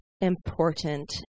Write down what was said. important